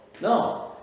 No